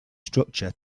structure